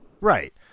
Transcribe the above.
Right